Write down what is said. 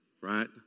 right